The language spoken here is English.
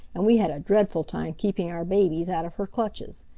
and we had a dreadful time keeping our babies out of her clutches.